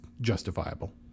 justifiable